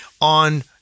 on